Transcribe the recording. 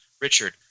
Richard